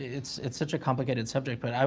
it's it's such a complicated subject, but i